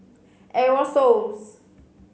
Aerosoles